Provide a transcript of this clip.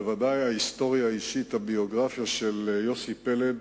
בוודאי ההיסטוריה האישית, הביוגרפיה של יוסי פלד,